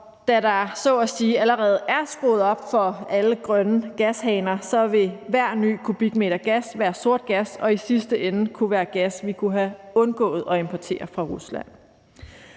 sige allerede er skruet op for alle grønne gashaner, vil hver ny kubikmeter gas være sort gas og kunne i sidste ende være gas, vi kunne have undgået at importere fra Rusland.